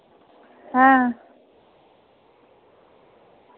हां